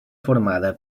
formada